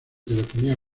telefonía